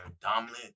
dominant